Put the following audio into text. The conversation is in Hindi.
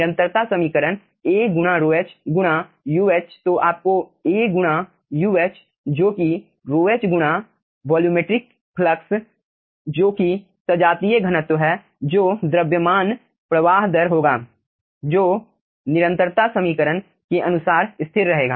निरंतरता समीकरण A गुणा ρh गुणा Uh तो आपका A गुणा Uh जो कि ρh गुणा वोलूमेट्रिक फ्लक्स जोकि सजातीय घनत्व है जो द्रव्यमान प्रवाह दर होगा जो निरंतरता समीकरण के अनुसार स्थिर रहेगा